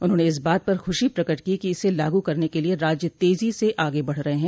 उन्होंने इस बात पर खुशी प्रकट की कि इसे लागू करने के लिए राज्य तेजी से आगे बढ़ रहे हैं